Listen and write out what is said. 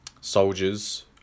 soldiers